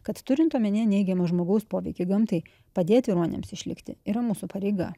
kad turint omenyje neigiamą žmogaus poveikį gamtai padėti ruoniams išlikti yra mūsų pareiga